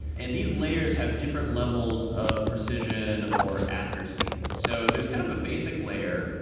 and these layers have different levels of precision or accuracy. so there's kind of a basic layer,